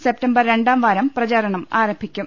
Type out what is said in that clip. September രണ്ടാംവാരം പ്രചാരണം ആരംഭി ക്കും